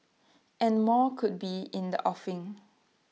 and more could be in the offing